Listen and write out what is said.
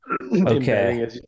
Okay